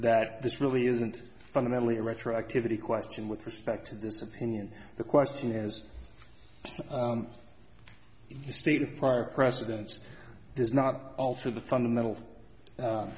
that this really isn't fundamentally retroactivity question with respect to this opinion the question is the state of prior presidents does not alter the fundamental